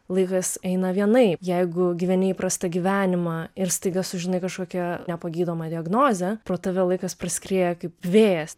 laikas eina vienaip jeigu gyveni įprastą gyvenimą ir staiga sužinai kažkokia nepagydoma diagnozė pro tave laikas praskrieja kaip vėjas